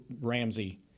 Ramsey